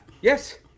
Yes